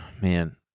Man